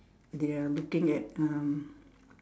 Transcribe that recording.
they are looking at um